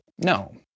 No